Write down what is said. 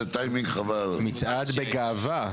מצעד בגאווה.